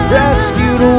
rescued